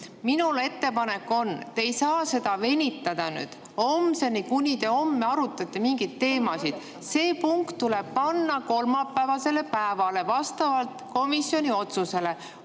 Minu ettepanek on, et te ei saa seda [otsust] venitada homseni, nii et te homme arutate mingeid teemasid. See punkt tuleb panna kolmapäevasele päevale vastavalt komisjoni otsusele.